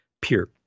pure